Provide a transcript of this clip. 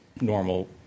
normal